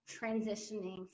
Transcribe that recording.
transitioning